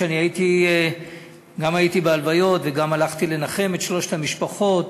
שגם הייתי בהלוויות וגם הלכתי לנחם את שלוש המשפחות,